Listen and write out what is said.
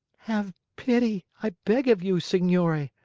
have pity, i beg of you, signore!